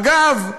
אגב,